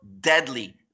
deadly